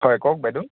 হয় কওক বাইদ'